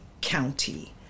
County